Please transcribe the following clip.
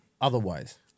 otherwise